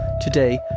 Today